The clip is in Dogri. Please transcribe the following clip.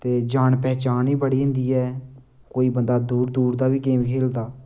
ते जान पहचान बी बढ़ी जंदी ऐ कोई बंदा दूर दूर दा बी गेम खेलदा